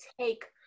take